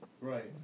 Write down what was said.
Right